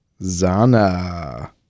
Zana